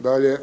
Dalje je